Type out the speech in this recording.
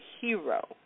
hero